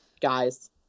guys